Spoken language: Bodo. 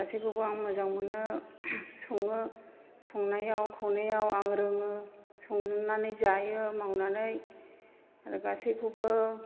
गासैखौबो आं मोजां मोनो सङो संनायाव खावनायाव आं रोङो संनानै जायो मावनानै आरो गासैखौबो